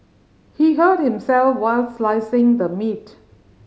he hurt himself while slicing the meat